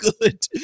good